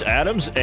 adams